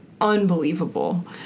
unbelievable